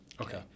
Okay